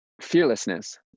fearlessness